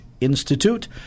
Institute